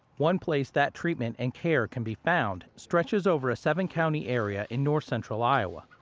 one place that treatment and care can be found stretches over a seven county area in north central iowa.